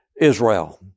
Israel